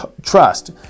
trust